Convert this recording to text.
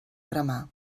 cremar